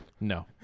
No